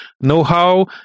know-how